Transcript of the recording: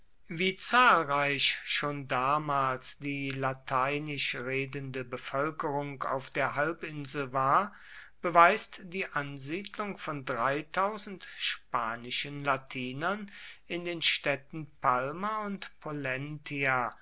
wie zahlreich schon damals die lateinisch redende bevölkerung auf der halbinsel war beweist die ansiedelung von spanischen latinern in den städten palma und pollentia